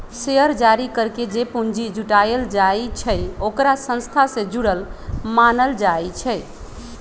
share जारी करके जे पूंजी जुटाएल जाई छई ओकरा संस्था से जुरल मानल जाई छई